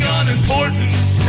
unimportant